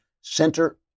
center